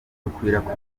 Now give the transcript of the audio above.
dukwirakwiza